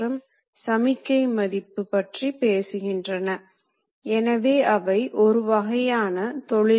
slide இந்த திசையில் நகரலாம் ஏனெனில் இது ஒரு பந்து திருகு உடன் இணைக்கப்பட்டுள்ளது இது தான் ஒரு பந்து திருகு